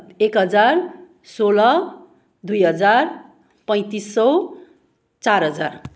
एक हजार सोह्र दुई हजार पैँतिस सय चार हजार